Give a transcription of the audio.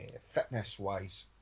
fitness-wise